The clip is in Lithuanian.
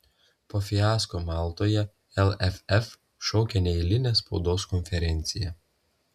po fiasko maltoje lff šaukia neeilinę spaudos konferenciją